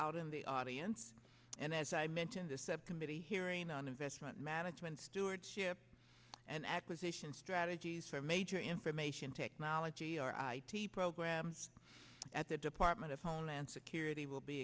out in the audience and as i mentioned this subcommittee hearing on investment management stewardship and acquisition strategies for major information technology our programs at the department of homeland security will be